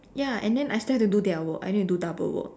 ya and then I still have to do their work I need do double work